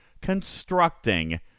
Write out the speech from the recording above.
constructing